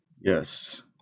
Yes